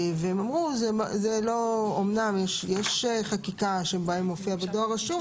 משרד המשפטים אמר שאומנם יש חקיקה שבה מופיע "בדואר רשום",